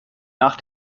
nach